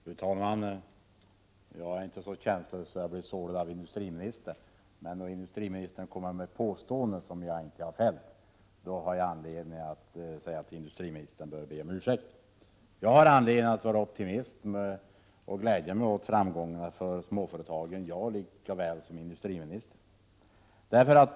Fru talman! Jag är inte så känslig att jag blir sårad av industriministern. Men när industriministern kommer med påståenden som jag inte har fällt, då har jag anledning att säga att industriministern bör be om ursäkt. Jag har anledning att vara optimist och gläder mig åt framgångarna för småföretagen, jag lika väl som industriministern.